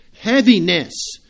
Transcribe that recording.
Heaviness